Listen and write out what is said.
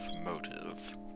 motive